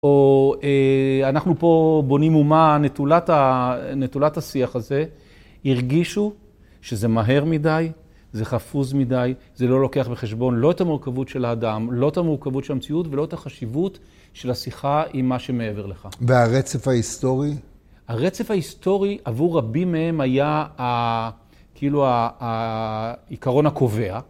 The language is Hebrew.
או אנחנו פה בונים אומה, נטולת השיח הזה. הרגישו שזה מהר מדי, זה חפוז מדי, זה לא לוקח בחשבון, לא את המורכבות של האדם, לא את המורכבות של המציאות, ולא את החשיבות של השיחה עם מה שמעבר לך. והרצף ההיסטורי? הרצף ההיסטורי עבור רבים מהם היה כאילו העיקרון הקובע.